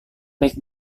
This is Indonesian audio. baik